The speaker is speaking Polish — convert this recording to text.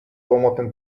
łomotem